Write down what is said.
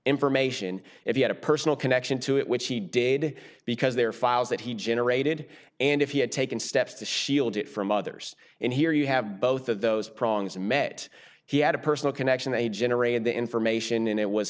information if he had a personal connection to it which he did because their files that he generated and if he had taken steps to shield it from others and here you have both of those problems met he had a personal connection they generated the information and it was